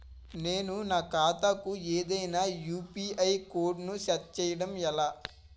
నేను నా ఖాతా కు ఏదైనా యు.పి.ఐ కోడ్ ను సెట్ చేయడం ఎలా?